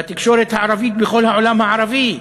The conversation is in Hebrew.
והתקשורת הערבית בכל העולם הערבי.